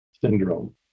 syndrome